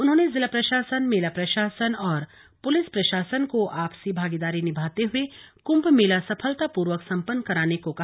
उन्होंने जिला प्रशासन मेला प्रशासन और पुलिस प्रशासन को आपसी भागीदारी निभाते हुए कुंभ मेला सफलतापूर्वक सम्पन्न कराने को कहा